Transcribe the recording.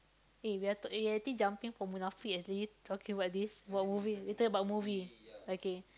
eh we are eh we're already jumping from Munafik and suddenly talking about this what movie later what movie okay